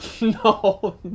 No